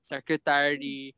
Secretary